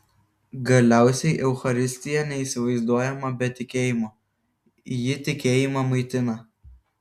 galiausiai eucharistija neįsivaizduojama be tikėjimo ji tikėjimą maitina